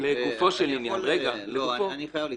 לגופו של עניין --- אני חייב להתייחס.